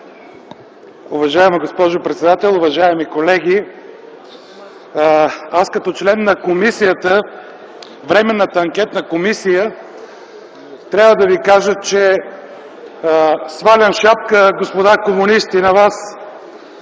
Уважаема госпожо председател, уважаеми колеги, аз като член на Временната анкетна комисия, трябва да Ви кажа, че свалям шапка, господа комунисти, на Вас